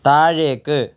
താഴേക്ക്